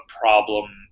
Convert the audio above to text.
problem